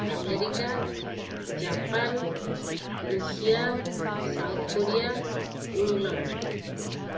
America Japan Russia South Korea England